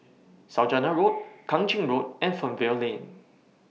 Saujana Road Kang Ching Road and Fernvale Lane